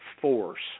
force